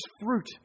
fruit